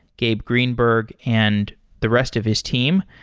gabe greenberg, and the rest of his team.